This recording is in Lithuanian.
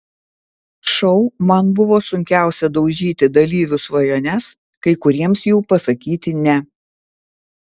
šou man buvo sunkiausia daužyti dalyvių svajones kai kuriems jų pasakyti ne